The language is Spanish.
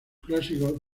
clásico